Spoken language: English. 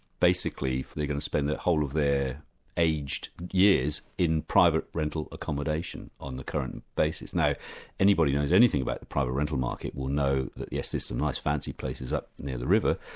basically they're going to spend the whole of their aged years in private rental accommodation, on the current basis. now anybody who knows anything about private rental market will know that yes, there's some nice fancy places up near the river,